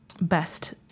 best